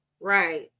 Right